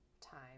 time